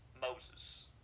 Moses